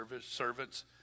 servants